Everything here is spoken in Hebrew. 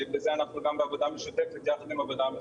שזה אנחנו גם בעבודה משותפת יחד עם הוועדה המרכזית.